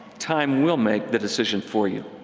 time will make the decision for you.